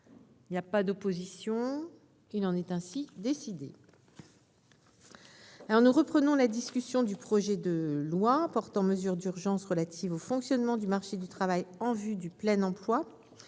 Il n'y a pas d'opposition ?... Il en est ainsi décidé. Nous reprenons la discussion du projet de loi portant mesures d'urgence relatives au fonctionnement du marché du travail en vue du plein emploi.